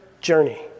journey